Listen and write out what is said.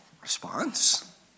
response